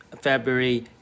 February